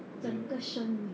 整个生命